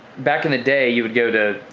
back in the day you would go to,